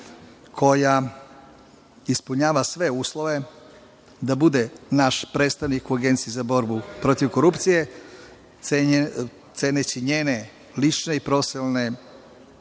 koja ispunjava sve uslove da bude naš predstavnik u Agenciji za borbu protiv korupcije. Ceneći njene lične i profesionalne